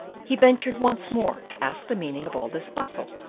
he ventured once more to ask the meaning of all this bustle,